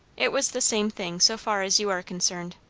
it was the same thing so far as you are concerned.